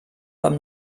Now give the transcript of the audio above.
beim